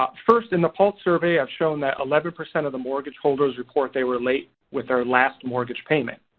ah first in the pulse survey i've shown that eleven percent of the mortgage holders report they were late with their last mortgage payment.